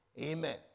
Amen